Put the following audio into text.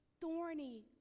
thorny